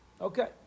Okay